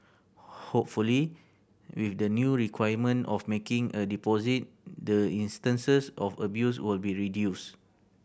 hopefully with the new requirement of making a deposit the instances of abuse will be reduced